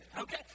Okay